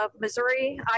Missouri